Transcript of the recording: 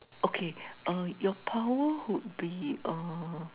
okay uh your power would be uh